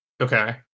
Okay